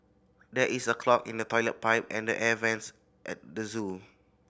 there is a clog in the toilet pipe and the air vents at the zoo